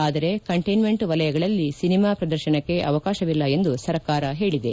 ಆದರೆ ಕಂಟ್ವೆನ್ಮೆಂಟ್ ವಲಯಗಳಲ್ಲಿ ಸಿನಿಮಾ ಪ್ರದರ್ಶನಕ್ಕೆ ಅವಕಾಶವಿಲ್ಲ ಎಂದು ಸರ್ಕಾರ ಹೇಳಿದೆ